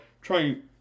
trying